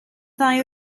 ddau